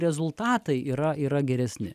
rezultatai yra yra geresni